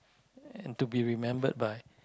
and to be remembered by